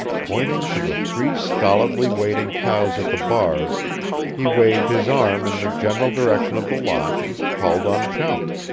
pointing to the three stolidly waiting cows at the bars he waved his arm in the general direction of the lot and called on chum.